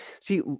See